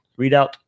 readout